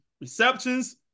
Receptions